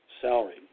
salary